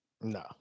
No